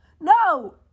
no